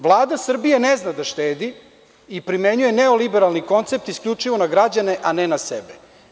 Vlada Srbije ne zna da štedi i primenjuje neoliberalni koncept isključivo na građane, a ne na sebe.